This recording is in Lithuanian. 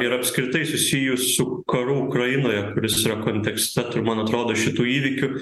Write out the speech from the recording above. ir apskritai susijus su karu ukrainoje kuris yra kontekste man atrodo šitų įvykių